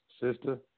sister